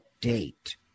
date